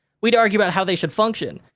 we'd argue about how they should function.